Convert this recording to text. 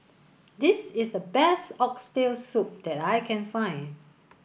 this is the best oxtail soup that I can find